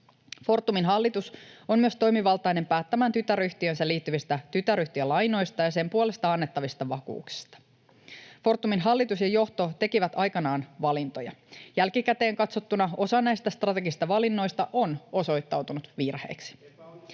Fortumin hallitus on myös toimivaltainen päättämään tytäryhtiöönsä liittyvistä tytäryhtiölainoista ja sen puolesta annettavista vakuuksista. Fortumin hallitus ja johto tekivät aikanaan valintoja. Jälkikäteen katsottuna osa näistä strategisista valinnoista on osoittautunut virheiksi.